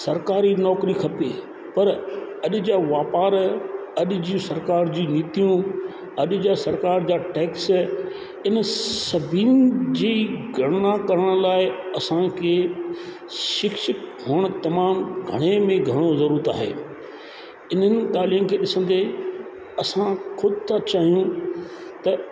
सरकारी नौकरियूं खपे पर अॼु जा व्यापार अॼु जी सरकार जी नीतियूं अॼु जा सरकार जा टैक्स इन सभिनि जी गणना करण लाइ असांखे शिक्षित हुअणु तमामु घणे में घणो ज़रूरत आहे इन्हनि ॻाल्हियुनि खे ॾिसंदे असां ख़ुदि था चाहियूं त